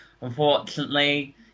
unfortunately